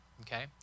okay